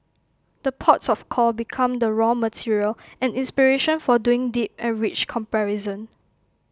the ports of call become the raw material and inspiration for doing deep and rich comparison